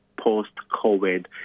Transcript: post-COVID